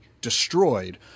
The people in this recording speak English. destroyed